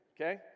okay